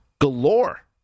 galore